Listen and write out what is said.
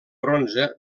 bronze